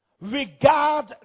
regard